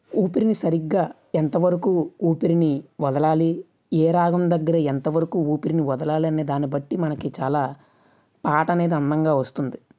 ఊపిరిని సరిగ్గా ఎంతవరకు ఊపిరిని వదలాలి ఏ రాగం దగ్గర ఎంతవరకు ఊపిరిని వదలాలన్న దాని బట్టి మనకి చాలా పాట అనేది అందంగా వస్తుంది